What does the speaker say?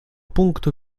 punktu